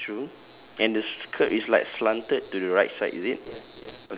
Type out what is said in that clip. ya true and the skirt is like slanted to the right side is it